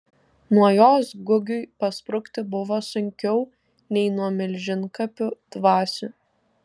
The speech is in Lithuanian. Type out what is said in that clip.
nuo jos gugiui pasprukti buvo sunkiau nei nuo milžinkapių dvasių